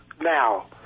now